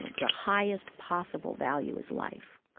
the highest possible value is life,